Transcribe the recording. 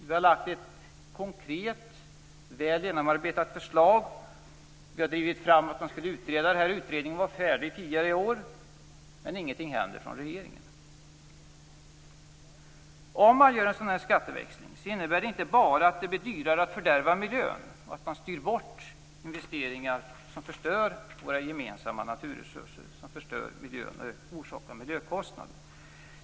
Vi har lagt fram ett konkret, väl genomarbetat förslag. Vi har drivit fram att man skall utreda detta, och utredningen var färdig tidigare i år. Men regeringen gör ingenting. Om man genomför en skatteväxling innebär det inte bara att det blir dyrare att fördärva miljön, att man styr bort investeringar som förstör vår gemensamma naturresurser, som förstör miljö och orsakar miljökostnader.